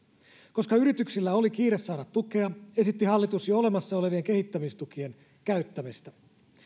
koska yrityksillä oli kiire saada tukea esitti hallitus jo olemassa olevien kehittämistukien käyttämistä